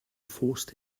forced